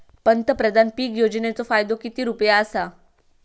पंतप्रधान पीक योजनेचो फायदो किती रुपये आसा?